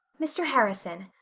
mr. harrison.